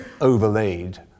overlaid